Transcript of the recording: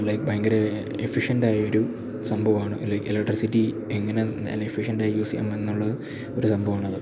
like ഭയങ്കരം efficient ആയൊരു സംഭവമാണ് ലൈക്ക് എലക്ട്രിസിറ്റി എങ്ങനെ നല്ല എഫിഷ്യൻറ്റായി യൂസ് ചെയ്യാമെന്നുള്ള ഒരു സംഭവമാണത്